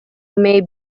may